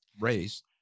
race